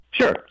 Sure